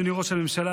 אדוני ראש הממשלה,